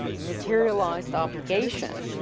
materialized obligation,